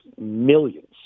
millions